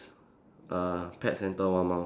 uh pet center one mile